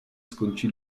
skončí